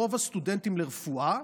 רוב הסטודנטים לרפואה,